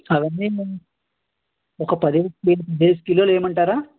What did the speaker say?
అవన్నీ ఒక పది కిలోలు వెయ్యమంటారా